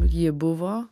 ji buvo